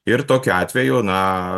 ir tokiu atveju na